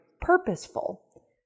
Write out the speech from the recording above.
purposeful